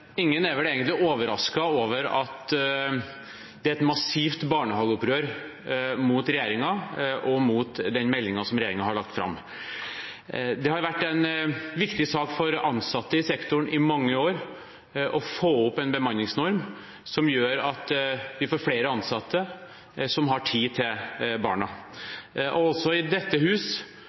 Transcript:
Ingen er vel egentlig overrasket over at det er et massivt barnehageopprør mot regjeringen og mot meldingen regjeringen har lagt fram. Det har i mange år vært en viktig sak for ansatte i sektoren å få på plass en bemanningsnorm som gjør at vi får flere ansatte som har tid til barna. Også i dette hus